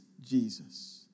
Jesus